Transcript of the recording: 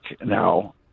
now